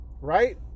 right